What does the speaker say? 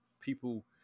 people